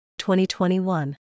2021